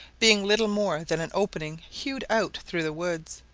being little more than an opening hewed out through the woods,